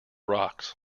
rocks